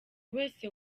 wese